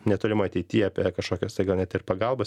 netolimoj ateity apie kažkokias tai gal net ir pagalbas